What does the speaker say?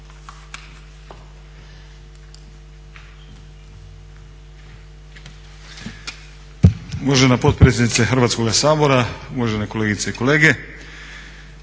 Uvažena potpredsjednice Hrvatskoga sabora, uvažene kolegice i kolege.